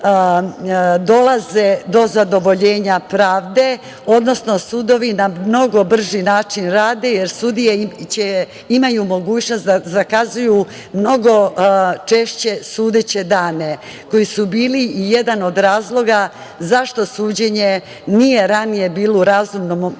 dolaze do zadovoljenja pravde, odnosno sudovi na mnogo brži način rade, jer sudije imaju mogućnost da zakazuju mnogo češće sudeće dane, koji su bili i jedan od razloga zašto suđenje nije ranije bilo u razumnom